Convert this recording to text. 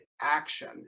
action